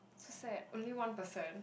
so sad only one person